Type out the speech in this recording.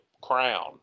crown